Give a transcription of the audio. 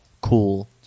cool